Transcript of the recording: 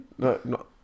No